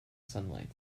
sunlight